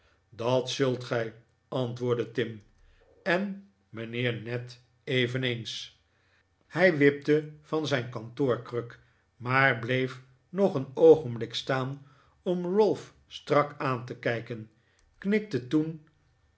dat zult gij antwoordde tim en mijnheer ned eveneens hij wipte van zijn kantoorkruk maar bleef nog een oogenblik staan om ralph strak aan te kijken knikte toen